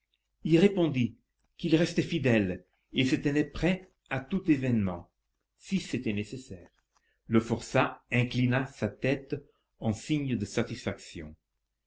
il répondit qu'ils restaient fidèles et se tenaient prêts à tout événement si c'était nécessaire le forçat inclina sa tête en signe de satisfaction